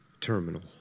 terminal